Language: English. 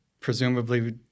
presumably